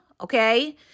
okay